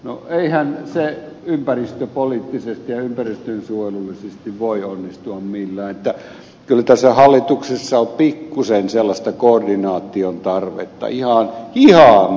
no eihän se ympäristöpoliittisesti ja ympäristönsuojelullisesti voi onnistua millään niin että kyllä tässä hallituksessa on pikkuisen sellaista koordinaation tarvetta ihan ihan pikkuisen